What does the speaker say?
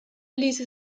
ließe